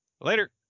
Later